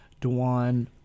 Dewan